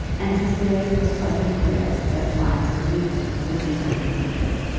and cecilia was partly aware that florence's weeping would be done in secret.